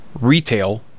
retail